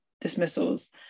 dismissals